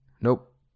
Nope